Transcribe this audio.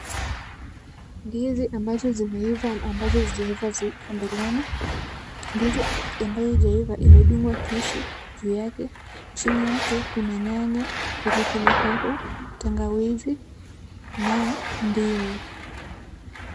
Ndizi ambazo zimeiva na ambazo hazijaiva ziko mbeleni. Ndizi ambayo haijaiva imedungwa kisu juu yake. Chini yake kuna nyanya, pilipili hoho, tangawizi na ndimu.